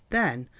then,